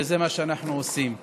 וזה מה שאנחנו עושים.